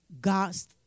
God's